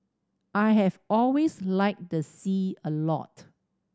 I have always liked the sea a lot